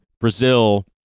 Brazil